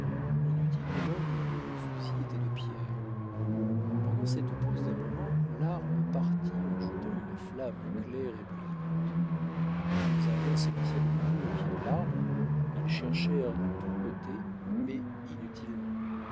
on eût dit que l'homme et le fusil étaient de pierre pendant cette pause d'un moment l'arme partit en jetant une flamme claire et brillante les jeunes indiens s'élancèrent de nouveau au pied de l'arbre ils cherchèrent de tous côtés mais inutilement